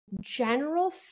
general